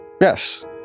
Yes